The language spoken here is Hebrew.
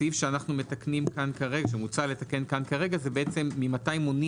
הסעיף שאנו מתקנים שמוצע לתקן זה ממתי מונים